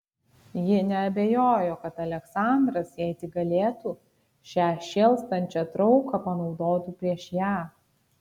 ji neabejojo kad aleksandras jei tik galėtų šią šėlstančią trauką panaudotų prieš ją